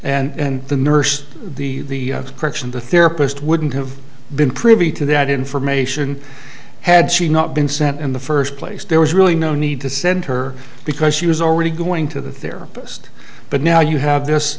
happened and the nurse the correction the therapist wouldn't have been privy to that information had she not been sent in the first place there was really no need to send her because she was already going to the therapist but now you have this